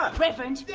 um reverend?